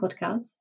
Podcast